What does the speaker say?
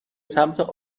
سمت